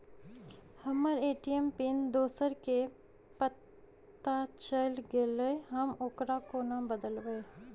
हम्मर ATM pin दोसर केँ पत्ता चलि गेलै, हम ओकरा कोना बदलबै?